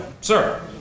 Sir